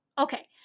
Okay